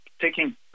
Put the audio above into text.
taking